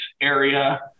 area